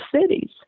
cities